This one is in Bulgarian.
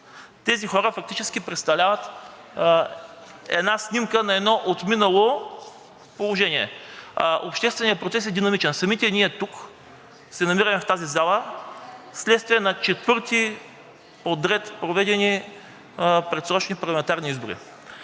Тези хора фактически представляват снимка на едно отминало положение, а общественият процес е динамичен. Самите ние тук се намираме в тази зала вследствие на четвърти поред, проведени предсрочни парламентарни избори.